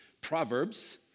Proverbs